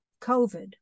COVID